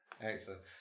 Excellent